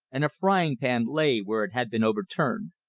and a frying pan lay where it had been overturned.